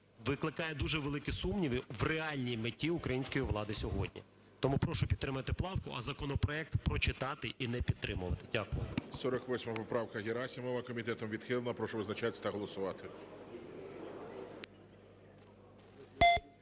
викликає дуже великі сумніви в реальній меті української влади сьогодні. Тому прошу підтримати правку, а законопроект прочитати і не підтримувати. Дякую. ГОЛОВУЮЧИЙ. 48 поправка Герасимова комітетом відхилена. Прошу визначатись та голосувати.